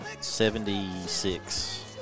Seventy-six